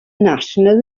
national